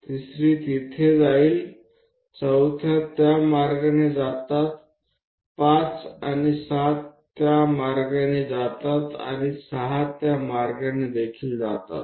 પહેલી બીજી ત્રીજી ત્યાં છે ચોથી પણ તે બાજુએ જાય છે પાંચમી અને સાતમી તે બાજુએ જાય છે અને છઠ્ઠી પણ તે બાજુએ જાય છે